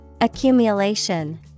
Accumulation